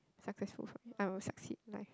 successful for me I will succeed in life